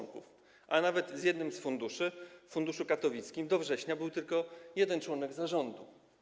Nawet w jednym z funduszy, w funduszu katowickim, do września był tylko jeden członek zarządu.